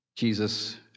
Jesus